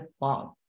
long